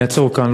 אני אעצור כאן.